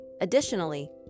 Additionally